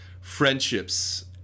friendships